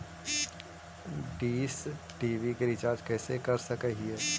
Dish TV के recharge कैसे कर सक हिय?